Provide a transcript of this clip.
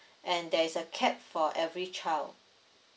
and there's a cap for every child